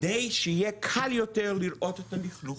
כדי שיהיה קל יותר לראות את הלכלוך.